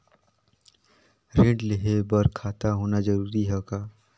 ऋण लेहे बर खाता होना जरूरी ह का?